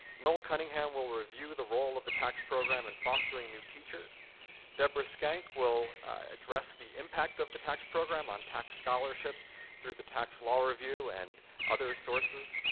noel cunningham will review the role of the tax program in fostering new teachers deborah schenk will address the impact of the tax program on tax scholarship through the tax law review and other sources.